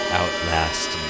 outlast